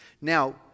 Now